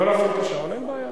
אנחנו סיימנו את פרק החקיקה